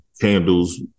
candles